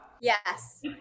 Yes